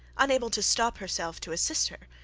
unable to stop herself to assist her,